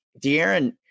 De'Aaron